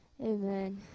Amen